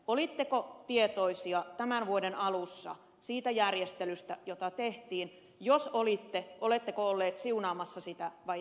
olitteko tietoisia tämän vuoden alussa siitä järjestelystä joka tehtiin jos olitte oletteko olleet siunaamassa sitä vai ette